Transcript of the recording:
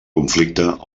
conflicte